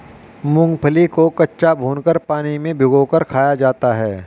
मूंगफली को कच्चा, भूनकर, पानी में भिगोकर खाया जाता है